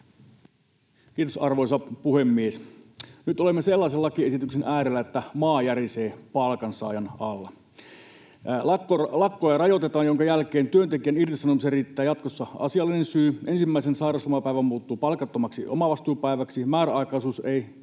Kiitos, arvoisa puhemies! Nyt olemme sellaisen lakiesityksen äärellä, että maa järisee palkansaajan alla. Lakkoja rajoitetaan, ja sen jälkeen työntekijän irtisanomiseen riittää jatkossa asiallinen syy, ensimmäinen sairauslomapäivä muuttuu palkattomaksi omavastuupäiväksi, määräaikaisuus ei aina